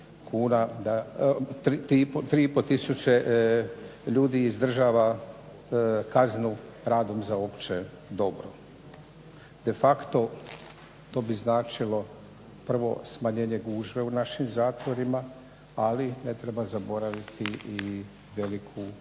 ljudi iz država kažnjeno radom za opće dobro, de facto to bi značilo prvo smanjenje gužve u našim zatvorima ali ne treba zaboraviti i veliku uštedu